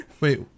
Wait